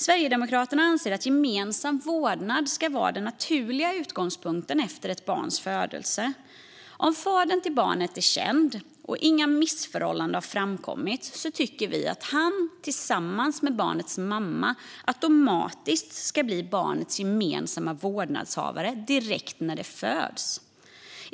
Sverigedemokraterna anser att gemensam vårdnad ska vara den naturliga utgångspunkten efter ett barns födelse. Om fadern till barnet är känd och inga missförhållanden har framkommit tycker vi att han och barnets mamma automatiskt ska bli barnets gemensamma vårdnadshavare direkt när det föds.